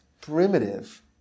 primitive